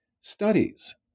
studies